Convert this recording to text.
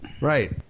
Right